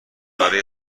برای